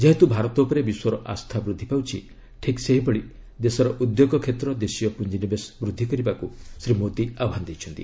ଯେହେତୁ ଭାରତ ଉପରେ ବିଶ୍ୱର ଆସ୍ଥା ବୃଦ୍ଧି ପାଉଛି ଠିକ୍ ସେହିଭଳି ଦେଶର ଉଦ୍ୟୋଗ କ୍ଷେତ୍ର ଦେଶୀୟ ପୁଞ୍ଜିନିବେଶ ବୃଦ୍ଧି କରିବାକୁ ଶ୍ରୀ ମୋଦୀ ଆହ୍ୱାନ ଦେଇଛନ୍ତି